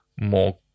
more